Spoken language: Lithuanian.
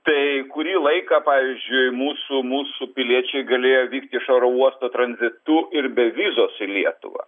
tai kurį laiką pavyzdžiui mūsų mūsų piliečiai galėjo vykti iš oro uosto tranzitu ir be vizos į lietuvą